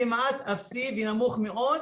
היא כמעט אפסית ונמוכה מאוד.